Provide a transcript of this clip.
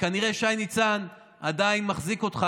וכנראה שי ניצן עדיין מחזיק אותך,